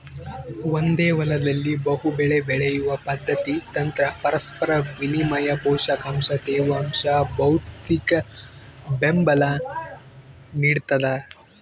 ಒಂದೇ ಹೊಲದಲ್ಲಿ ಬಹುಬೆಳೆ ಬೆಳೆಯುವ ಪದ್ಧತಿ ತಂತ್ರ ಪರಸ್ಪರ ವಿನಿಮಯ ಪೋಷಕಾಂಶ ತೇವಾಂಶ ಭೌತಿಕಬೆಂಬಲ ನಿಡ್ತದ